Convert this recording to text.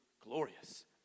glorious